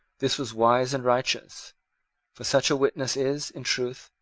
this was wise and righteous for such a witness is, in truth,